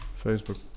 facebook